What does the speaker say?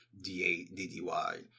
d-a-d-d-y